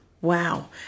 Wow